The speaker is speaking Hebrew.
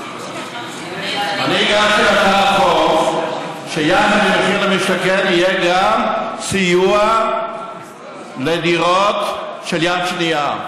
אני הגשתי הצעת חוק שיחד עם מחיר למשתכן יהיה גם סיוע בדירות יד שנייה.